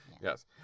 yes